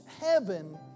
heaven